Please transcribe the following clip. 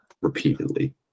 Repeatedly